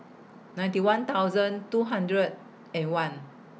ninety one thousand two hundred and one